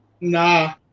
Nah